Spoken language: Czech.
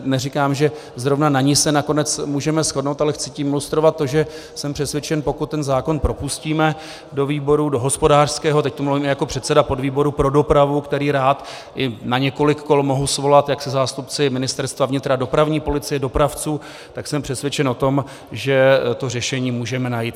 Neříkám, že zrovna na ní se nakonec můžeme shodnout, ale chci tím ilustrovat to, že jsem přesvědčen, pokud ten zákon propustíme do výboru, do hospodářského teď tu mluvím i jako předseda podvýboru pro dopravu, který rád, i na několik kol, mohu svolat, jak se zástupci Ministerstva vnitra, dopravní policie, dopravců jsem přesvědčen o tom, že to řešení můžeme najít.